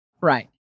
Right